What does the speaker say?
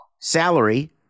salary